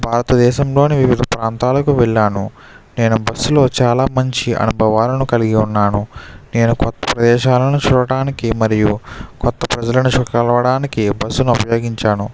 భారతదేశంలోని వివిధ ప్రాంతాలకు వెళ్ళాను నేను బస్సు లో చాలా మంచి అనుభవాలను కలిగి ఉన్నాను నేను కొత్త ప్రదేశాలను చూడటానికి మరియు కొత్త ప్రజలను కలవడానికి బస్సు ఉపయోగించాను